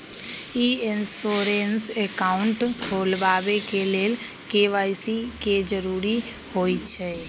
ई insurance account खोलबाबे के लेल के.वाई.सी के जरूरी होइ छै